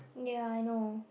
ya I know